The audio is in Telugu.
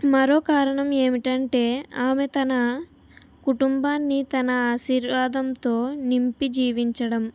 మరో కారణం ఏమిటంటే ఆమె తన కుటుంబాన్ని తన ఆశీర్వాదంతో నింపి జీవించడం